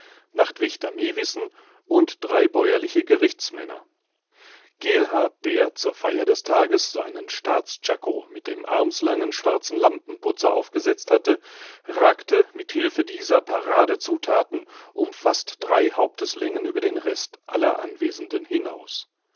nachtwächter mewissen und drei bäuerliche gerichtsmänner geelhaar der zur feier des tages seinen staats czako mit dem armslangen schwarzen lampenputzer aufgesetzt hatte ragte mit hilfe dieser paradezuthaten um fast drei haupteslängen über den rest aller anwesenden hinaus